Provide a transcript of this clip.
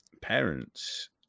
parents